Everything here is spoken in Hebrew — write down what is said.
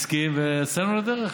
הסכים ויצאנו לדרך.